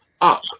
up